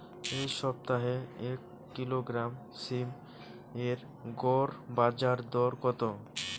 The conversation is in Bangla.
এই সপ্তাহে এক কিলোগ্রাম সীম এর গড় বাজার দর কত?